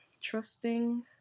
trusting